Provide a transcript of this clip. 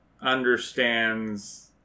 understands